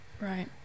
Right